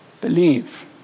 Believe